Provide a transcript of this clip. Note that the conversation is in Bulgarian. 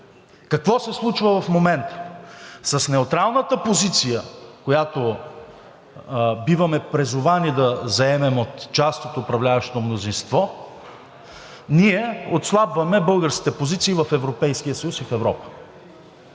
Какво се случва в момента? С неутралната позиция, която биваме призовани да заемем от част от управляващото мнозинство, ние отслабваме българската позиция в Европейския съюз и в Европа.